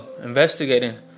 investigating